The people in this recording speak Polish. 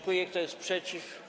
Kto jest przeciw?